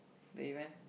the event